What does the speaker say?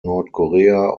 nordkorea